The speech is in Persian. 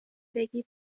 بگی